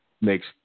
makes